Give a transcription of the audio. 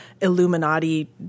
Illuminati